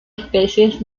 especies